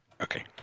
Okay